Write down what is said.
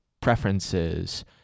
preferences